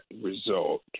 result